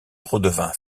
redevint